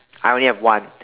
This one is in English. I only have one